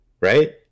right